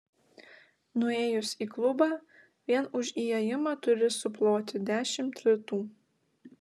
nuėjus į klubą vien už įėjimą turi suploti dešimt litų